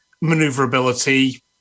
maneuverability